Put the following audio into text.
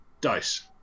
dice